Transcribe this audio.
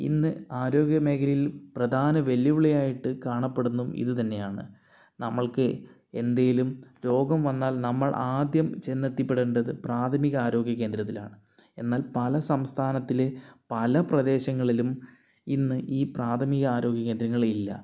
ഇന്ന് ആരോഗ്യ മേഖലയിൽ പ്രധാന വെല്ലുവിളിയായിട്ട് കാണപ്പെടുന്നും ഇതു തന്നെയാണ് നമ്മൾക്ക് എന്തെങ്കിലും രോഗം വന്നാൽ നമ്മൾ ആദ്യം ചെന്നെത്തിപ്പെടേണ്ടത് പ്രാഥമിക ആരോഗ്യ കേന്ദ്രത്തിലാണ് എന്നാൽ പല സംസ്ഥാനത്തിൽ പല പ്രദേശങ്ങളിലും ഇന്ന് ഈ പ്രാഥമിക ആരോഗ്യ കേന്ദ്രങ്ങൾ ഇല്ല